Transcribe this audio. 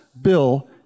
bill